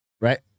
right